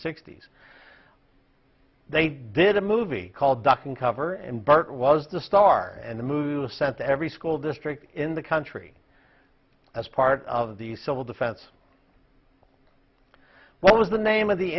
sixty s they did a movie called duck and cover and burt was the star and the movie was sent to every school district in the country as part of the civil defense what was the name of the